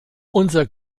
unser